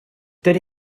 dydy